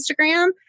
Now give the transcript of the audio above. Instagram